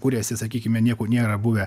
kūrėsi sakykime nieko nėra buvę